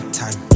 time